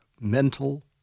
mental